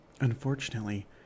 Unfortunately